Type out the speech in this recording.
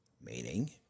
meaning